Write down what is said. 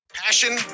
Passion